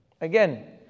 Again